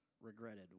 regretted